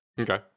Okay